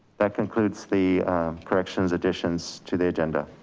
that concludes the corrections, additions to the agenda.